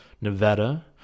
Nevada